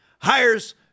hires